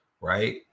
right